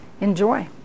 Enjoy